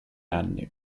anni